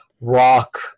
rock